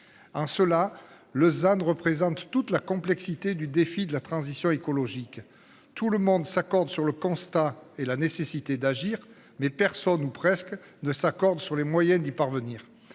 Un seul à Lausanne. Toute la complexité du défi de la transition écologique. Tout le monde s'accorde sur le constat et la nécessité d'agir mais personne ou presque ne s'accordent sur les moyens d'y parvenir.